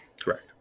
Correct